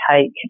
take